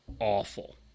awful